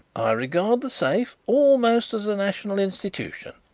i regard the safe almost as a national institution,